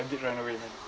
rabbit run away then